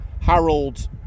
Harold